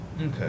Okay